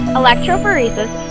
electrophoresis